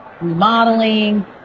remodeling